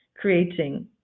creating